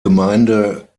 gemeinde